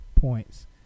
points